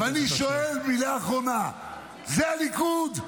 ואני שואל: זה הליכוד?